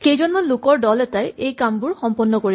কেইজনমান লোকৰ দল এটাই এই কামবোৰ সম্পন্ন কৰিব